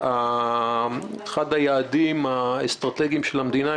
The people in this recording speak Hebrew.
שאחד היעדים האסטרטגיים של המדינה,